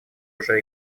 уже